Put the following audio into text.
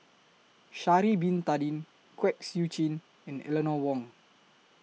Sha'Ari Bin Tadin Kwek Siew Jin and Eleanor Wong